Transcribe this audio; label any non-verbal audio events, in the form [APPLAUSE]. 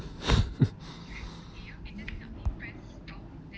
[LAUGHS]